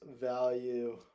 value